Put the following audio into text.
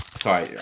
Sorry